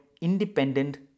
independent